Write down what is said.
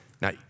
Now